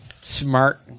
smart